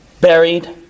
buried